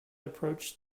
approached